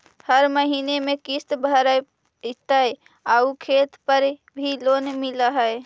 हर महीने में किस्त भरेपरहै आउ खेत पर भी लोन मिल है?